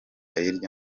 hirya